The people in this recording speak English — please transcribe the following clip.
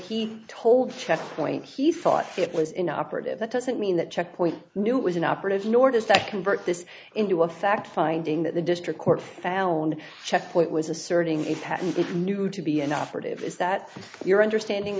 he told checkpoint he thought it was inoperative that doesn't mean that checkpoint knew it was an operative nor does that convert this into a fact finding that the district court found checkpoint was asserting it happened you knew to be an operative is that your understanding